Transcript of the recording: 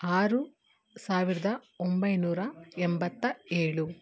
ಆರು ಸಾವಿರದ ಒಂಬೈನೂರ ಎಂಬತ್ತ ಏಳು